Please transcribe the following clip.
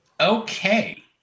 Okay